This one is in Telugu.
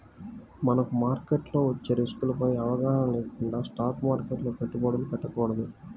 మనకు మార్కెట్లో వచ్చే రిస్కులపై అవగాహన లేకుండా స్టాక్ మార్కెట్లో పెట్టుబడులు పెట్టకూడదు